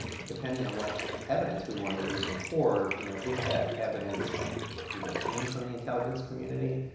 depending on what evidence we want to use in court you know if that evidence either came from the intelligence community,